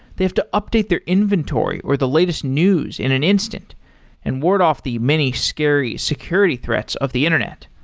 they have to update their inventory, or the latest news in an instant and ward off the many scary security threats of the internet.